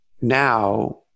now